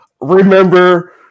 remember